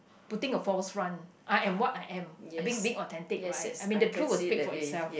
putting a false front I am what I am I being being authentic right I mean the truth will speak for itself